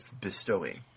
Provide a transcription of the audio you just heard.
Bestowing